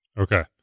Okay